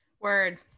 Word